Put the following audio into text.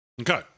Okay